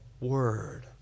word